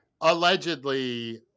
allegedly